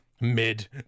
Mid